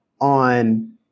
on